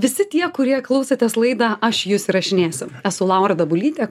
visi tie kurie klausotės laidą aš jus įrašinėsiu esu laura dabulytė